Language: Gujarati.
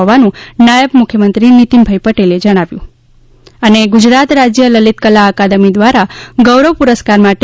હોવાનું નાયબ મુખ્યમંત્રી નિતિનભાઈ પટેલે જણાવ્યુ ગુજરાત રાજય લલિતકલા અકાદમી દ્વારા ગૌરવ પુરસ્કાર માટે કલાકારો પાસેથી